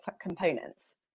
components